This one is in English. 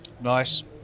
Nice